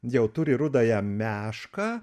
jau turi rudąją mešką